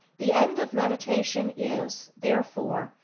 the end of meditation is, therefore,